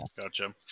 Gotcha